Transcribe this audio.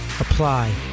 apply